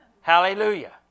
Hallelujah